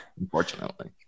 Unfortunately